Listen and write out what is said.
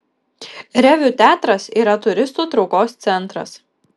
reviu teatras yra turistų traukos centras